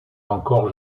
encore